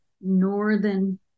Northern